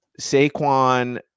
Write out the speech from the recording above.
Saquon